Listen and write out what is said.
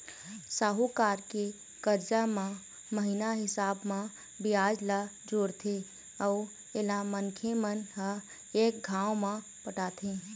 साहूकार के करजा म महिना हिसाब म बियाज ल जोड़थे अउ एला मनखे मन ह एक घांव म पटाथें